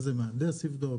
איזה מהנדס יבדוק,